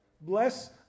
Bless